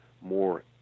more